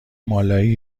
مالایی